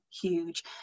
huge